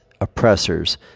oppressors